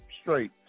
straight